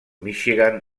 míchigan